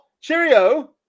cheerio